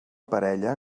parella